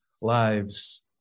lives